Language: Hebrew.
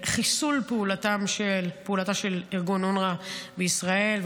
לחיסול פעולתו של ארגון אונר"א בישראל.